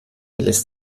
lässt